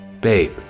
Babe